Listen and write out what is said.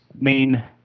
main